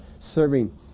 serving